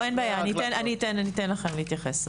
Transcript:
אתן לכם להתייחס.